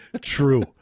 true